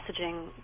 messaging